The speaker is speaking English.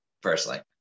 personally